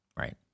Right